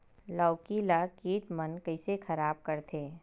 लौकी ला कीट मन कइसे खराब करथे?